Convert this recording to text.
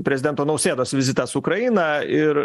prezidento nausėdos vizitas į ukrainą ir